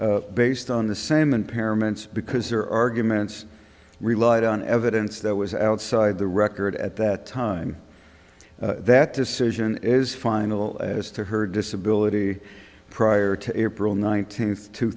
appeal based on the same impairments because her arguments relied on evidence that was outside the record at that time that decision is final as to her disability prior to april nineteenth two